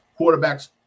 quarterbacks